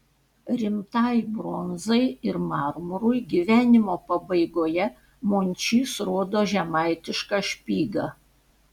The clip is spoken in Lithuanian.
rimtai bronzai ir marmurui gyvenimo pabaigoje mončys rodo žemaitišką špygą